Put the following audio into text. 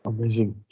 Amazing